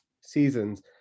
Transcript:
seasons